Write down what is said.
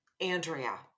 Andrea